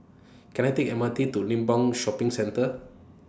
Can I Take M R T to Limbang Shopping Centre